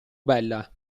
bella